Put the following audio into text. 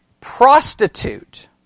prostitute